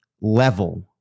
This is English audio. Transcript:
level